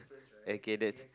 okay that's